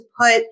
put